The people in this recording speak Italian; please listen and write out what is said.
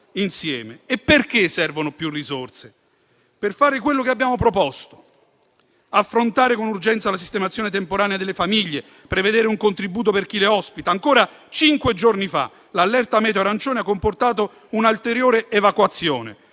infatti più risorse, proprio per fare quello che abbiamo proposto: affrontare con urgenza la sistemazione temporanea delle famiglie e prevedere un contributo per chi le ospita. Ancora cinque giorni fa l'allerta meteo arancione ha comportato un'ulteriore evacuazione: